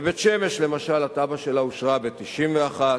בית-שמש למשל, התב"ע שלה אושרה ב-1991,